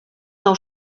nou